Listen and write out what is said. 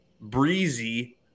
breezy